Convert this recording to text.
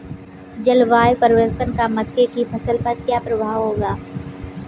जलवायु परिवर्तन का मक्के की फसल पर क्या प्रभाव होगा?